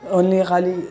اور نہیں ہے خالی